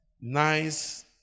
nice